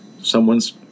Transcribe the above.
someone's